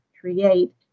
create